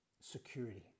security